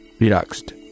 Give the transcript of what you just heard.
relaxed